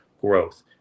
growth